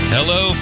Hello